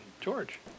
George